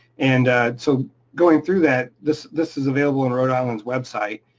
and so going through that, this this is available on rhode island's website,